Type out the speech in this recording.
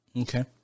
Okay